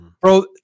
Bro